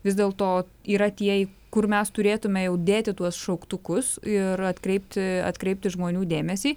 vis dėlto yra tie kur mes turėtume jau dėti tuos šauktukus ir atkreipti atkreipti žmonių dėmesį